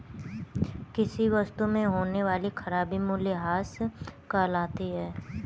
किसी वस्तु में होने वाली खराबी मूल्यह्रास कहलाती है